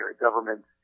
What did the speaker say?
government